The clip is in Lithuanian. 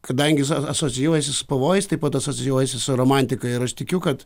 kadangi asocijuojasi su pavojais taip pat asocijuojasi su romantika ir aš tikiu kad